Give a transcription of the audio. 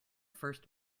first